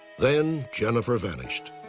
then, jennifer vanished.